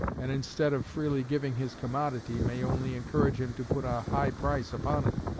and instead of freely giving his commodity, may only encourage him to put a high price upon it.